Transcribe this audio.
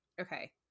Okay